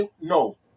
No